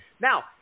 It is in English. Now